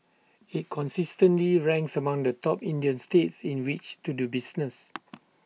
IT consistently ranks among the top Indian states in which to do business